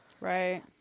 Right